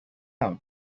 sound